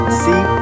see